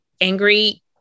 angry